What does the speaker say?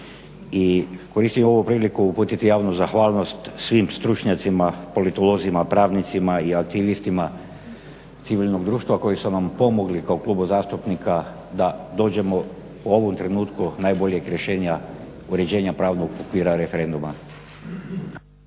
koristim ovu priliku uputiti javnu zahvalnost svim stručnjacima politolozima pravnicima i aktivistima civilnog društva koji su nam pomogli kao klubu zastupnika da dođemo u ovom trenutku najboljeg rješenja uređenja pravnog okvira referenduma.